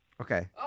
Okay